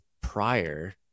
prior